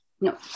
No